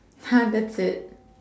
!huh! that's it